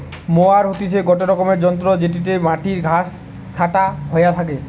mower হতিছে গটে রকমের যন্ত্র জেটিতে মাটির ঘাস ছাটা হইয়া থাকে